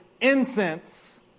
incense